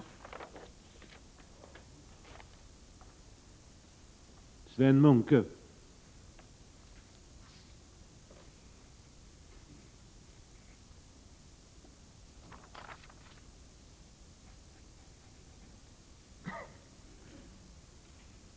Om risken för fos